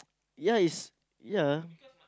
ya it's ya